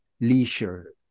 leisure